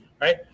right